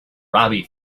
robbie